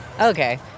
Okay